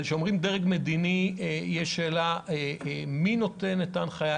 אבל כשאומרים "דרג מדיני" יש שאלה מי נותן את ההנחיה,